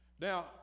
now